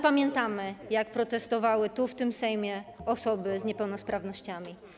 Pamiętamy, jak protestowały tu, w tym Sejmie, osoby z niepełnosprawnościami.